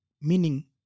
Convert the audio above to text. Meaning